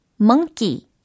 monkey